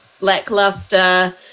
lackluster